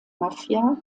mafia